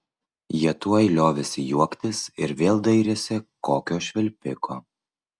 jie tuoj liovėsi juoktis ir vėl dairėsi kokio švilpiko